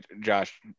Josh